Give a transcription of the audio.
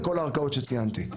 בכל הערכאות שציינתי.